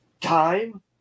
time